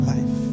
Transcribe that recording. Life